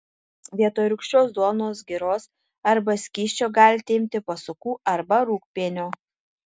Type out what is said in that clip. vietoj rūgščios duonos giros arba skysčio galite imti pasukų arba rūgpienio